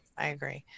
i agree.